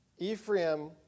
Ephraim